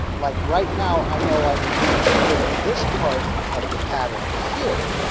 like right now i know i need to get rid of this part of the pattern here.